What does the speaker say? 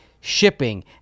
shipping